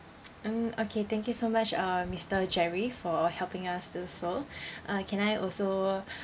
mm okay thank you so much uh mister jerry for helping us do so uh can I also